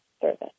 service